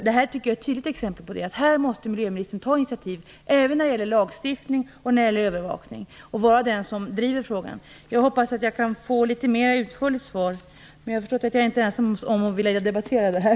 Detta är ett tydligt exempel på ett sådant område där miljöministern måste ta initiativ även när det gäller lagstiftning och övervakning och måste vara den som driver frågan. Jag hoppas att jag kan få ett litet mera utförligt svar, men jag har förstått att jag inte är ensam om att vilja debattera detta.